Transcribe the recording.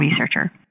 Researcher